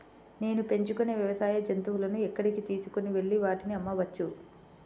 నేను పెంచుకొనే వ్యవసాయ జంతువులను ఎక్కడికి తీసుకొనివెళ్ళి వాటిని అమ్మవచ్చు?